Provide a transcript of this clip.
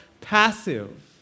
passive